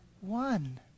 One